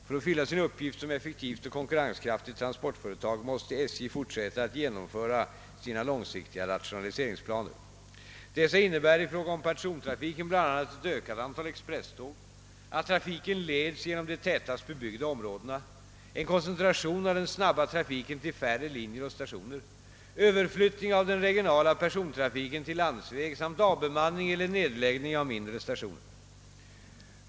För att fylla sin uppgift som effektivt och konkurrenskraftigt transportföretag måste SJ fortsätta att genomföra sina långsiktiga rationaliseringsplaner. Dessa innebär i fråga om persontrafiken bl.a. ett ökat antal expresståg, att trafiken leds genom de tätast bebyggda områdena, en koncentration av den snabba trafiken till färre linjer och stationer, överflyttning av den regionala persontrafiken till landsväg samt avbemanning eller nedläggning av mindre stationer.